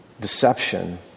deception